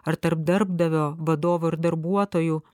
ar tarp darbdavio vadovo ir darbuotojų